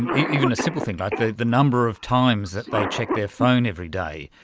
even a simple thing like the the number of times that they check their phone every day,